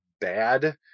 bad